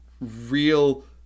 real